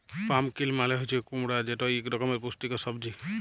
pumpkin মালে হছে কুমড়া যেট ইক রকমের পুষ্টিকর সবজি